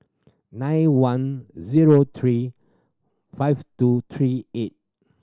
nine one zero three five two three eight